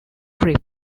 crypt